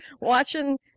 watching